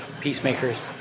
peacemakers